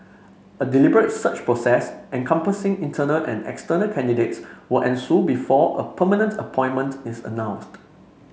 a deliberate search process encompassing internal and external candidates will ensue before a permanent appointment is announced